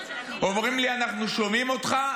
אנחנו שומעים אותך,